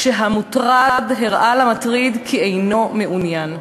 כשהמוטרד הראה למטריד כי אינו מעוניין.